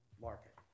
market